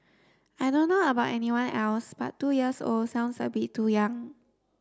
I don't know about everyone else but two years old sounds a bit too young